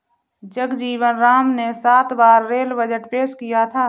जगजीवन राम ने सात बार रेल बजट पेश किया था